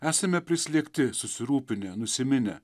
esame prislėgti susirūpinę nusiminę